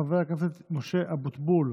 חבר הכנסת משה אבוטבול,